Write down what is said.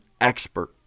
expert